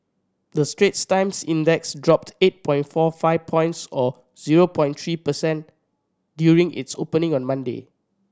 the Straits Times Index dropped eight point four five points or zero point three per cent during its opening on Monday